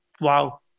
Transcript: wow